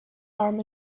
arm